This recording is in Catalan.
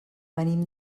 venim